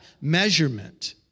measurement